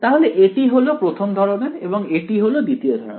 তাহলে এটি হলো প্রথম ধরনের এবং এটি হলো দ্বিতীয় ধরনের